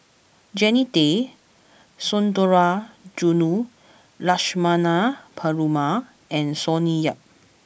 Jannie Tay Sundarajulu Lakshmana Perumal and Sonny Yap